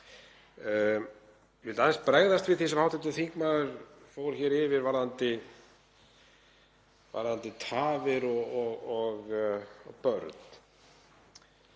Ég vil aðeins bregðast við því sem hv. þingmaður fór hér yfir varðandi tafir og börn.